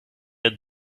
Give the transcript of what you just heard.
het